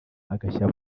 agashya